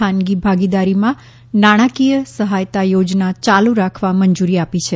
ખાનગી ભાગીદારીમાં નાણાકીય સહાયતા યોજના યાલુ રાખવા મંજૂરી આપી છે